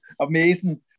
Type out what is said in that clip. Amazing